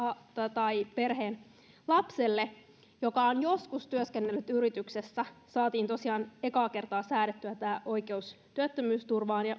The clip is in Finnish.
tai perheen lapselle joka on joskus työskennellyt yrityksessä saatiin tosiaan ekaa kertaa säädettyä tämä oikeus työttömyysturvaan ja